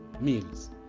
meals